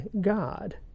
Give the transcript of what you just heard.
God